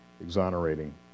exonerating